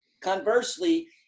conversely